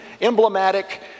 emblematic